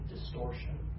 distortion